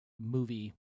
movie